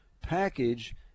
package